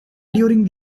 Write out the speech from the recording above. during